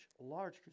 large